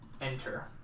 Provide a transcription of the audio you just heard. enter